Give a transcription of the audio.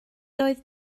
doedd